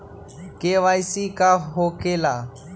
KYC का हो के ला?